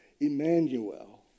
Emmanuel